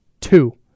two